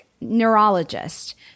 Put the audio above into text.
neurologist